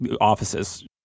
offices